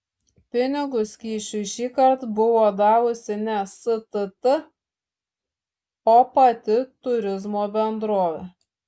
pinigus kyšiui šįkart buvo davusi ne stt o pati turizmo bendrovė